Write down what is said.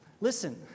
Listen